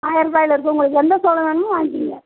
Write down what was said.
ஆயர்பாய்ல இருக்குது உங்களுக்கு எந்த சோளம் வேணுமோ வாங்க்கோங்க